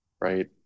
right